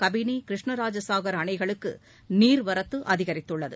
கபினி கிருஷ்ணராஜசாகர் அணைகளுக்கு நீர்வரத்து அதிகரித்துள்ளது